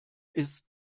ist